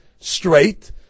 straight